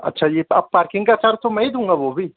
अच्छा यें आप पार्किंग का चार्ज तो मैं ही दूँगा वो भी